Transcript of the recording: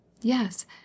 yes